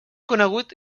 conegut